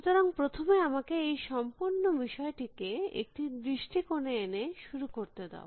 সুতরাং প্রথমে আমাকে এই সম্পূর্ণ বিষয়টিকে একটি দৃষ্টিকোণে এনে শুরু করতে দাও